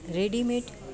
readymade